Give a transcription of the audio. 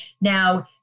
Now